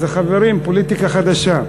אז חברים, פוליטיקה חדשה.